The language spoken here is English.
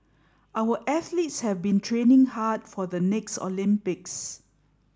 our athletes have been training hard for the next Olympics